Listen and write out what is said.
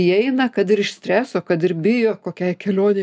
įeina kad ir iš streso kad ir bijo kokia kelionė